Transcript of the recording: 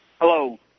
Hello